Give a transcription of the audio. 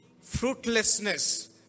fruitlessness